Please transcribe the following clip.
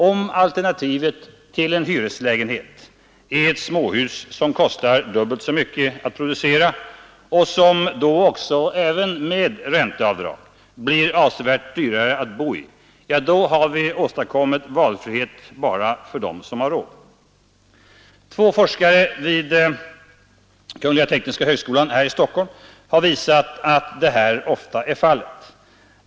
Om alternativet till en hyreslägenhet är ett småhus som kostar dubbelt så mycket att producera och som även med ränteavdrag blir avsevärt dyrare att bo i, då har vi åstadkommit valfrihet bara för dem som har råd. Två forskare vid kungl. tekniska högskolan här i Stockholm har visat att detta ofta är fallet.